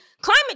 climate